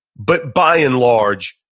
but by and large,